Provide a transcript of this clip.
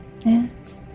Yes